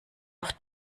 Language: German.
auf